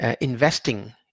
investing